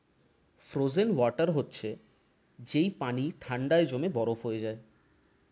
frozen water হচ্ছে যেই পানি ঠান্ডায় জমে বরফ হয়ে যায়